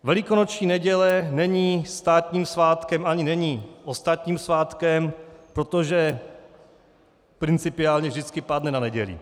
Velikonoční neděle není státním svátkem ani není ostatním svátkem, protože principiálně vždycky padne na neděli.